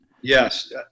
Yes